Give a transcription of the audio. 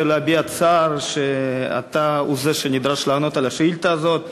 הרשה לי להביע צער על כך שאתה הוא זה שנדרש לענות על השאילתה הזאת.